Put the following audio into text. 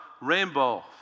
rainbow